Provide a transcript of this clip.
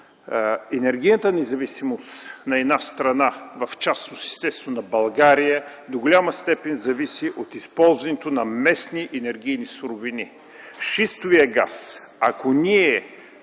енергийната независимост на една страна, в частност естествено България, до голяма степен зависи от използването на местни енергийни суровини. Шистовият газ, ако ние